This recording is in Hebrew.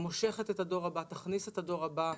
שמושכת את הדור הבא, תכניס את הדור הבא.